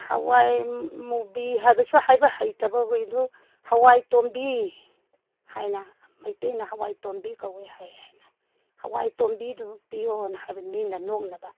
ꯍꯥꯋꯥꯏ ꯃꯨꯕꯤ ꯍꯥꯏꯕꯁꯨ ꯍꯥꯏꯕ ꯍꯩꯇꯕ ꯑꯩꯈꯣꯏꯗꯨ ꯍꯥꯋꯥꯏ ꯇꯣꯝꯕꯤ ꯍꯥꯏꯅ ꯃꯩꯇꯩꯅ ꯍꯋꯥꯏ ꯇꯣꯝꯕꯤ ꯀꯧꯋꯦ ꯍꯥꯏ ꯍꯥꯏꯅ ꯍꯋꯥꯏ ꯇꯣꯝꯕꯤꯗꯨ ꯄꯤꯌꯣꯅ ꯍꯥꯏꯕ ꯃꯤꯅ ꯅꯣꯛꯅꯕ